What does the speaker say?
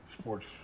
Sports